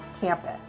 campus